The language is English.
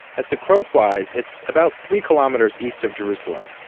as the crow flies, it's about three kilometers east of jerusalem.